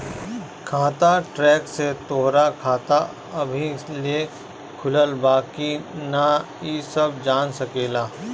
खाता ट्रैक में तोहरा खाता अबही ले खुलल बा की ना इ सब जान सकेला